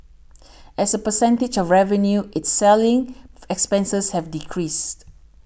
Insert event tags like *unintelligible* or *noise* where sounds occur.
as a percentage of revenue its selling *unintelligible* expenses have decreased